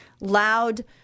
loud